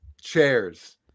chairs